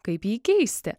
kaip jį keisti